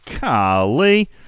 golly